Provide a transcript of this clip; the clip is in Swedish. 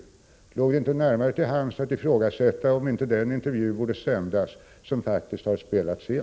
Skulle det inte ligga närmare till hands att ifrågasätta om inte den intervju borde sändas som faktiskt har spelats in?